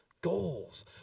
Goals